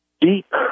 deep